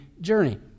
journey